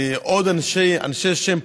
עוד אנשי שם,